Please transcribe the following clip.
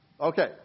okay